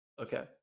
Okay